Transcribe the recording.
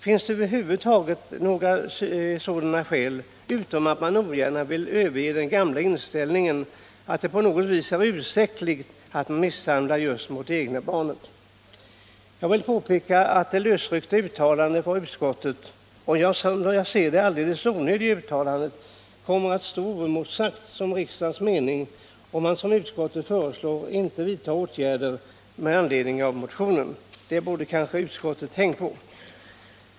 Finns det över huvud taget några sådana skäl, utom att man ogärna vill överge den gamla inställningen att det på något vis är ursäktligt att misshandla just de egna barnen? Jag vill också påpeka att det lösryckta uttalandet av utskottet — det, som jag ser det, alldeles onödiga uttalandet — kommer att stå oemotsagt som riksdagens mening, om man såsom utskottet föreslår inte vidtar någon åtgärd med anledning av min motion. Det borde utskottet ha tänkt på.